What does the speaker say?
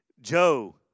Joe